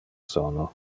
sono